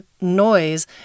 noise